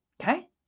Okay